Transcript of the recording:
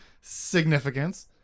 significance